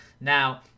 Now